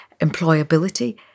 employability